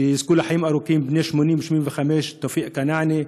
שיזכו לחיים ארוכים, בני 80, 85, תאופיק כנעני,